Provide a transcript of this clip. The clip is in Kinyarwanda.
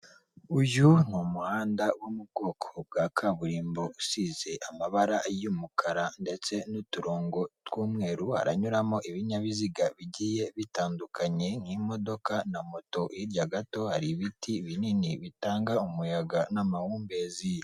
Uyu ni umuhanda wo mu bwoko bwa kaburimbo usize amabara y'umukara ndetse n'uturongo tw'umweru aranyuramo ibinyabiziga bigiye bitandukanye nk'imodoka na moto hirya gato hari ibiti binini bitanga umuyaga n'amahumbezi.